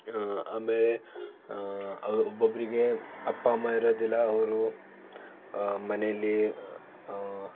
ಆಮೇಲೆ ಅವ್ರ ಒಬ್ಬೊಬ್ಬರಿಗೆ ಅಪ್ಪ ಅಮ್ಮ ಇರೋದಿಲ್ಲ ಅವರು ಮನೆಯಲ್ಲಿ